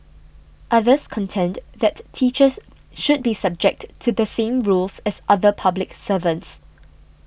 others contend that teachers should be subject to the same rules as other public servants